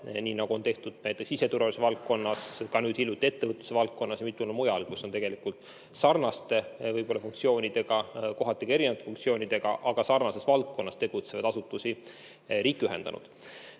nii nagu on tehtud näiteks siseturvalisuse valdkonnas, ka nüüd hiljuti ettevõtluse valdkonnas või mitmel pool mujal, kus on tegelikult sarnaste funktsioonidega, kohati ka erinevate funktsioonidega, aga sarnases valdkonnas tegutsevaid asutusi riik ühendanud.